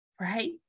right